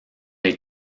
les